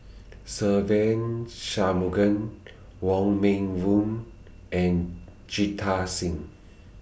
Se Ve Shanmugam Wong Meng Voon and Jita Singh